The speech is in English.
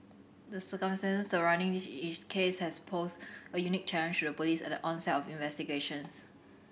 the circumstances surrounding this case has posed a unique challenge to the Police at the onset of investigations